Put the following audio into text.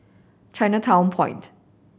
Chinatown Point